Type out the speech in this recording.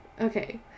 Okay